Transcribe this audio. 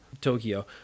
Tokyo